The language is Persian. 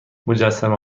مجسمه